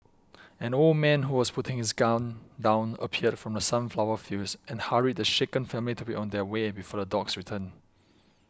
an old man who was putting his gun down appeared from the sunflower fields and hurried the shaken family to be on their way before the dogs return